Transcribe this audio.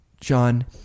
John